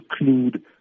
include